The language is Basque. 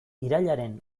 irailaren